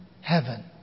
heaven